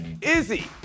Izzy